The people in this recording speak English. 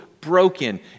broken